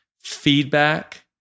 Feedback